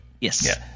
yes